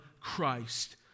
Christ